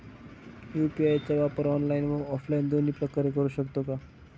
UPI चा वापर online व ऑफलाईन दोन्ही प्रकारे करु शकतो का?